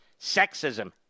sexism